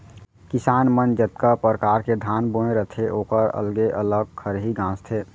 किसान मन जतका परकार के धान बोए रथें ओकर अलगे अलग खरही गॉंजथें